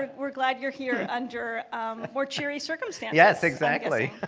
we're glad you're here under more cheery circumstances. yes, exactly.